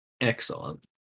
Excellent